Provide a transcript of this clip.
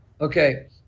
Okay